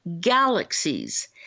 galaxies